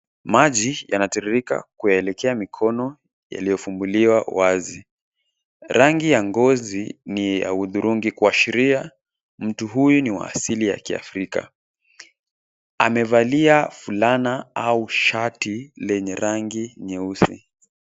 Maji yanatiririka kuelekea mikono yaliyofunguliwa wazi. Rangi ya ngozi ni ya hudhurungi kuashiria mtu huyu ni wa asili ya Kiafrika. Amevalia fulana au shati lenye rangi nyeusi.